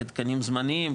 כתקנים זמניים,